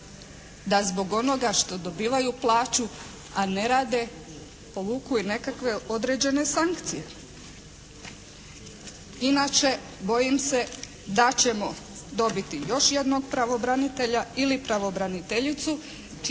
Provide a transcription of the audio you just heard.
da zbog onoga što dobivaju plaću, a ne rade povuku i nekakve određene sankcije. Inače bojim se da ćemo dobiti još jednog pravobranitelja ili pravobraniteljicu